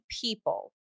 people